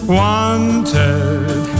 wanted